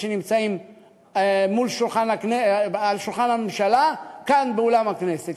שנמצאים על שולחן הממשלה כאן באולם הכנסת,